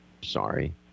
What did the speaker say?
Sorry